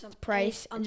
price